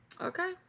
Okay